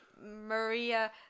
Maria